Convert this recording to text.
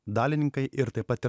dalininkai ir taip pat ir